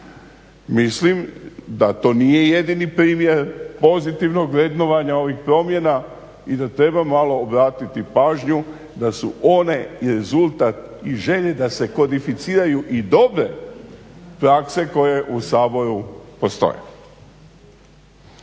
Mislim da to nije jedini primjer pozitivnog vrednovanja ovih promjena i da treba malo obratiti pažnju da su one rezultat i želje da se kodificiraju i dobre prakse koje u Saboru postoje.